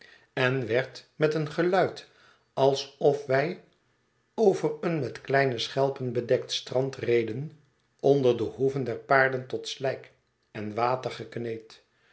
en werd met een geluid alsof wij over een met kleine schelpen bedekt strand reden onder de hoeven der paarden tot slijk en water